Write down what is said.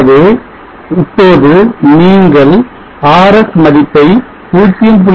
ஆகவே இப்போது நீங்கள் RS மதிப்பை 0